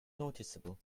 noticeable